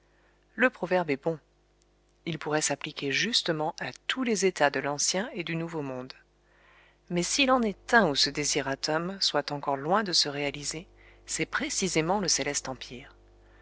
le proverbe est bon il pourrait s'appliquer justement à tous les états de l'ancien et du nouveau monde mais s'il en est un où ce desideratum soit encore loin de se réaliser c'est précisément le céleste empire